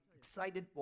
excited